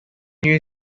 new